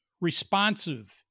responsive